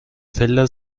felder